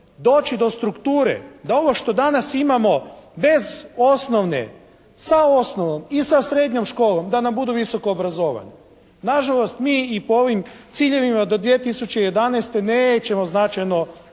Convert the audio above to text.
doći do strukture da ovo što danas imamo bez osnovne, sa osnovnom i sa srednjom školom, da nam budu visoko obrazovani. Nažalost, mi i po ovim ciljevima do 2011. nećemo značajno